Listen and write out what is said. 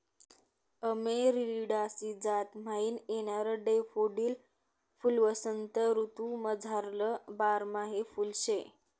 Amaryllidaceae जात म्हाईन येणारं डैफोडील फुल्वसंत ऋतूमझारलं बारमाही फुल शे